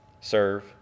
Serve